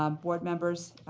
um board members,